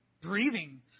breathing